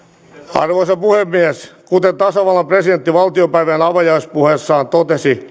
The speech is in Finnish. arvoisa puhemies kuten tasavallan presidentti valtiopäivien avajaispuheessaan totesi